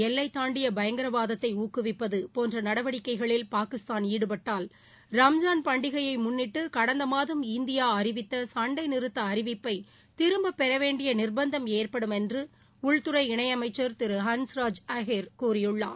எல்லை தாண்டிய பயங்கரவாதத்தை ஊக்குவிப்பது போன்ற நடவடிக்கைகளில் பாகிஸ்தான் ஈடுபட்டால் ரம்ஜான் பண்டிகையை முன்னிட்டு கடந்த மாதம் இந்தியா அறிவித்த சண்டை நிறுத்த அறிவிப்பை திரும்ப பெறவேண்டிய நிர்பந்தம் ஏற்படும் என்று உள்துறை இணையமைச்சர் திரு ஹன்ஸ்ராஜ் அஹிர் கூறியுள்ளார்